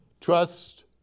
Trust